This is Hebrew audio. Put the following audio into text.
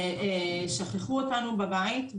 שכחו אותנו בבית,